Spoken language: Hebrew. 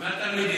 10% מהתלמידים.